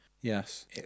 Yes